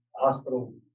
Hospital